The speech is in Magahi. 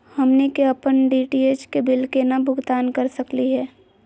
हमनी के अपन डी.टी.एच के बिल केना भुगतान कर सकली हे?